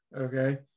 Okay